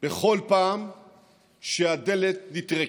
בכל פעם שהדלת נטרקת.